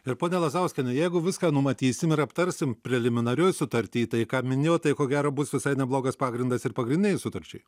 ir ponia lazauskiene jeigu viską numatysim ir aptarsim preliminarioj sutarty tai ką minėjau tai ko gero bus visai neblogas pagrindas ir pagrindinei sutarčiai